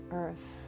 earth